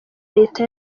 leta